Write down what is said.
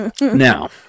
Now